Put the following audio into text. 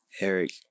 Eric